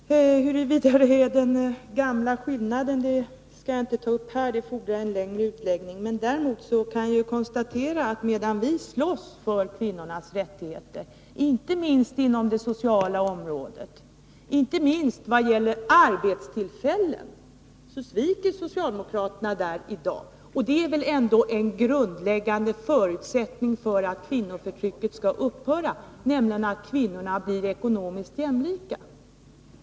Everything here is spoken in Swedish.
Herr talman! Huruvida det är den gamla klassiska skillnaden mellan socialdemokratin och kommunismen skall jag inte ta upp tid med att diskutera här. Det fordrar en längre utläggning. Däremot kan jag konstatera att medan vi slåss för kvinnornas rättigheter — inte minst inom det sociala området, inte minst vad gäller arbetstillfällen — sviker socialdemokraterna i dag. En grundläggande förutsättning för att — Nr 128 kvinnoförtrycket skall upphöra är väl ändå att kvinnorna blir ekonomiskt Måndagen den jämlika.